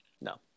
No